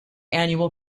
annual